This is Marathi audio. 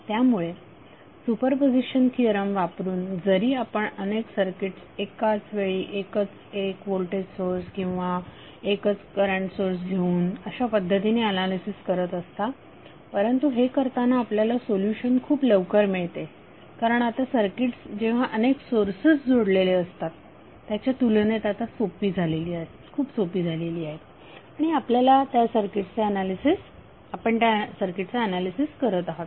त्यामुळे सुपरपोझिशन थिअरम वापरून जरी आपण अनेक सर्किट्स एकावेळी एकच एक व्होल्टेज सोर्स किंवा एकच करंट सोर्स घेऊन अशा पद्धतीने ऍनालिसिस करत असता परंतु हे करताना आपल्याला सोल्युशन खुप लवकर मिळते कारण आता सर्किट्स जेव्हा अनेक सोर्सेस जोडलेले असतात त्याच्या तुलनेत आता खूप सोपी झालेली आहेत आणि आपण त्या सर्किट्सचे ऍनालिसिस करत आहात